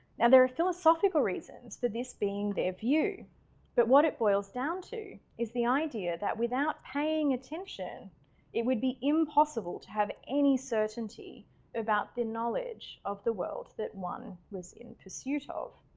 now there are philosophical reasons for this being their view but what it boils down to is the idea that without paying attention it would be impossible to have any certainty about their knowledge of the world that one was in pursuit of.